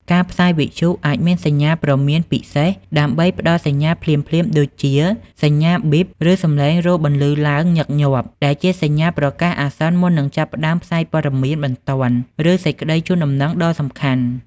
ការផ្សាយវិទ្យុអាចមានសញ្ញាព្រមានពិសេសដើម្បីផ្តល់សញ្ញាភ្លាមៗដូចជា សញ្ញា ប៊ីប ឬសំឡេងរោទិ៍បន្លឺឡើងញឹកញាប់ ដែលជាសញ្ញាប្រកាសអាសន្នមុននឹងចាប់ផ្តើមផ្សាយព័ត៌មានបន្ទាន់ ឬសេចក្តីជូនដំណឹងដ៏សំខាន់។